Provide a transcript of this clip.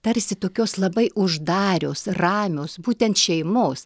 tarsi tokios labai uždarios ramios būtent šeimos